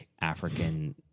African